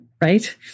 right